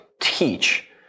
teach